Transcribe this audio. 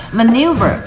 maneuver